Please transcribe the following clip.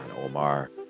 Omar